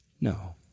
No